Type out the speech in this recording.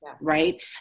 right